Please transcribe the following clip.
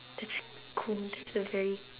that's cool that's a very